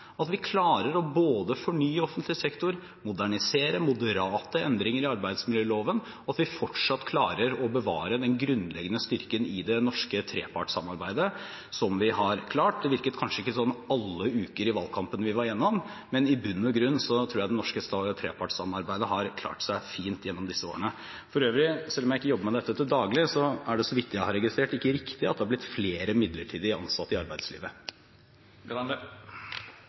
at vi klarer både å fornye offentlig sektor, modernisere og få moderate endringer i arbeidsmiljøloven, og at vi fortsatt klarer å bevare den grunnleggende styrken i det norske trepartssamarbeidet som vi har hatt. Det virket kanskje ikke slik i alle ukene i valgkampen vi var igjennom, men i bunn og grunn tror jeg det norske trepartssamarbeidet har klart seg fint gjennom disse årene. For øvrig er det, så vidt jeg har registrert, selv om jeg ikke jobber med dette til daglig, ikke riktig at det har blitt flere midlertidig ansatte i arbeidslivet.